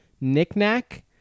Knickknack